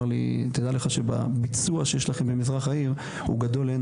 תדע לך שבביצוע שיש לכם במזרח העיר הוא גדול לאין